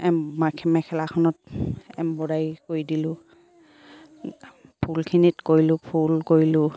M মাখি মেখেলাখনত embroidery কৰি দিলোঁ ফুলখিনিত কৰিলোঁ ফুল কৰিলোঁ